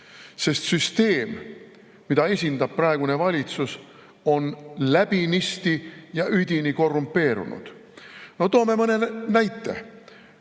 sest süsteem, mida esindab praegune valitsus, on läbinisti ja üdini korrumpeerunud. Toon mõne näite.